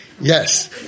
yes